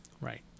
Right